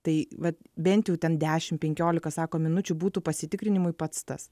tai vat bent jau ten dešim penkiolika sako minučių būtų pasitikrinimui pats tas